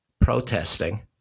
protesting